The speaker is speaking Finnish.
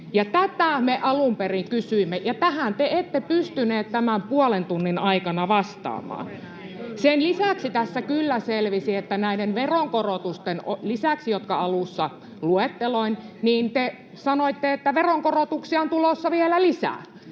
Tätä me alun perin kysyimme, ja tähän te ette pystyneet tämän puolen tunnin aikana vastaamaan. Sen lisäksi tässä kyllä selvisi, että näiden veronkorotusten lisäksi, jotka alussa luettelin, te sanoitte, että veronkorotuksia on tulossa vielä lisää.